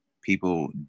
people